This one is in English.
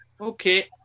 Okay